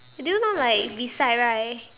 do you know like beside right